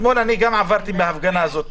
אתמול גם עברתי בהפגנה הזאת.